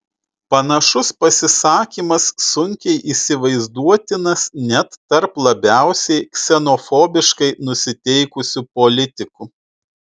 panašus pasisakymas sunkiai įsivaizduotinas net tarp labiausiai ksenofobiškai nusiteikusių politikų